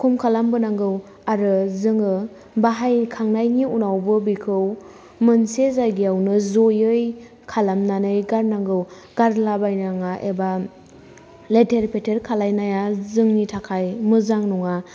खम खालामबोनांगौ आरो जोङो बाहाय खांनायनि उनावबो बेखौ मोनसे जायगायावनो ज'यै खालाम नानै गारनांगौ गारलाबाय नाङा एबा लेथेर फेथेर खालायनाया जोंनि थाखाय मोजां नङा